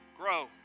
grow